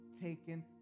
taken